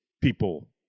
people